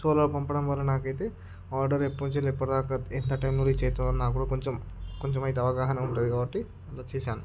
so అలా పంపడం వల్ల నాకైతే ఆర్డర్ ఎప్పుడు నుంచి ఎప్పుడు దాకా ఎంత టైంలో రీచ్ అవుతుంది నాకు కూడా కొంచెం కొంచెం అయితే అవగాహన ఉంటది కాబట్టి అలా చేశాను